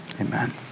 Amen